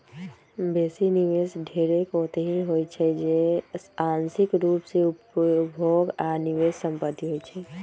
बेशी निवेश ढेरेक ओतहि होइ छइ जे आंशिक रूप से उपभोग आऽ निवेश संपत्ति होइ छइ